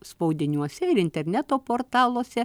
spaudiniuose ir interneto portaluose